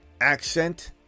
accent